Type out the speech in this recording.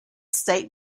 state